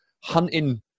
Hunting